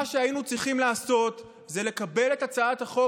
מה שהיינו צריכים לעשות זה לקבל את הצעת החוק